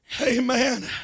Amen